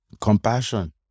Compassion